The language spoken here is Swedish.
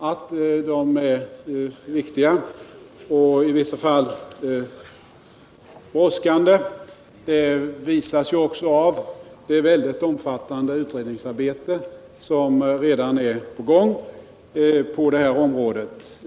Att de är viktiga och i vissa fall brådskande visas ju också av det väldigt omfattande utredningsarbete som redan är i gång på detta område.